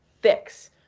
fix